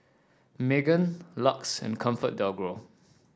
Megan Lux and ComfortDelGro